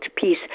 peace